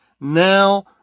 now